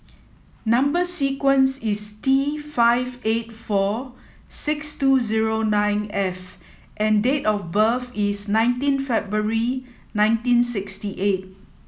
number sequence is T five eight four six two zero nine F and date of birth is nineteen February nineteen sixty eight